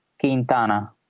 Quintana